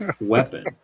weapon